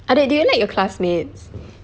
adik do you like your classmates